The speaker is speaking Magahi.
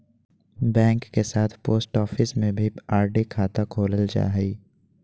बैंक के साथ पोस्ट ऑफिस में भी आर.डी खाता खोलल जा हइ